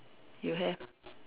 you have